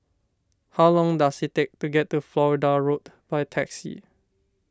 how long does it take to get to Florida Road by taxi